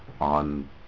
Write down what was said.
on